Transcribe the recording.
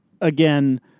again